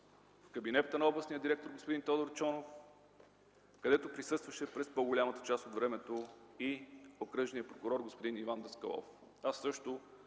в кабинета на областния директор господин Тодор Чонов, където присъстваше през по-голямата част от времето и окръжният прокурор господин Иван Даскалов. Аз също